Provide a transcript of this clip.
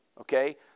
Okay